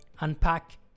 unpack